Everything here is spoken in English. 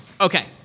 Okay